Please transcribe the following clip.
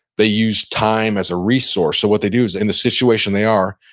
they use time as a resource. so what they do is in the situation they are,